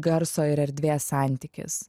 garso ir erdvės santykis